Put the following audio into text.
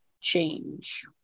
change